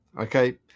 Okay